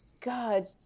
God